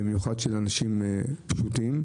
במיוחד של אנשים פשוטים.